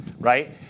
right